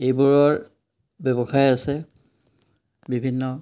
এইবোৰৰ ব্যৱসায় আছে বিভিন্ন